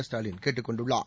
ஸ்டாலின் கேட்டுக் கொண்டுள்ளார்